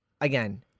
Again